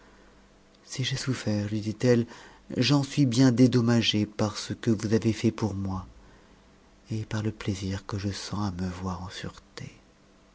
si j'ai souffert i lui dit-elle j'en suis bien dédommagée par ce que vous avez fait pour moi et par le plaisir que je sens à me voir en sûreté